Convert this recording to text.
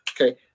okay